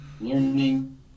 learning